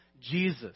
jesus